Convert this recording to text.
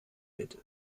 hätte